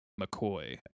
mccoy